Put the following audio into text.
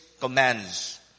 commands